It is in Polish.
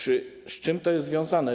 Z czym to jest związane?